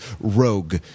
Rogue